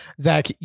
Zach